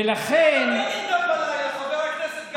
ולכן, ולכן, עליי, חבר הכנסת גפני.